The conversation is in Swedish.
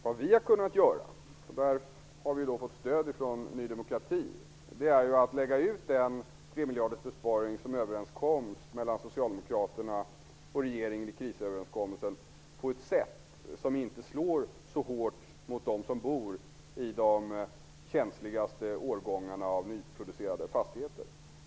Vad vi har kunnat göra, och i det avseendet har vi fått stöd från Ny demokrati, är att lägga ut den 3 miljardersbesparing som överenskoms mellan socialdemokraterna och regeringen i krisuppgörelsen på ett sätt som inte slår så hårt mot dem som bor i de känsligaste årgångarna av nyproducerade fastigheter.